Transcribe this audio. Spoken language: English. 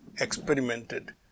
experimented